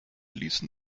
ließen